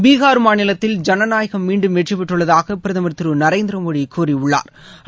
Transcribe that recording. பீகார் மாநிலத்தில் ஜனநாயகம் மீண்டும் வெற்றி பெற்றுள்ளதாக பிரதம் திரு நரேந்திர மோடி கூறியுள்ளா்